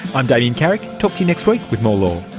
i'm damien carrick, talk to you next week with more law